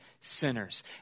sinners